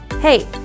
hey